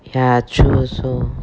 ya true also